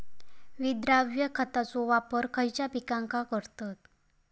विद्राव्य खताचो वापर खयच्या पिकांका करतत?